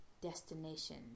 destination